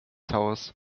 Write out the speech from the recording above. towers